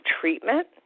treatment